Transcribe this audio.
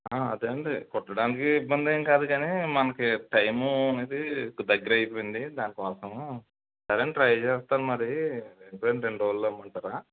అదే అండి కుట్టడానికి ఇబ్బంది ఏమి కాదు కానీ మనకు టైమ్ అనేది దగ్గర అయిపోయింది దానికోసం సరే అండి ట్రై చేస్తాను మరి ఎప్పుడు అండి రెండు రోజులలో ఇవ్వమంటారా